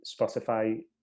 spotify